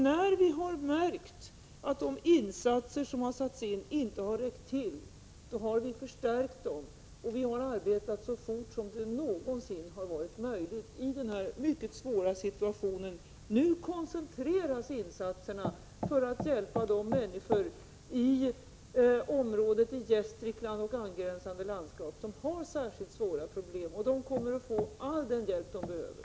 När vi har märkt att de insatser vi gjort inte har räckt till, har vi förstärkt dem, och vi har arbetat så fort som det någonsin varit möjligt i denna mycket svåra situation. Nu koncentreras insatserna för att hjälpa de människor i området i Gästrikland och angränsande landskap som har särskilt svåra problem. De kommer att få all den hjälp de behöver.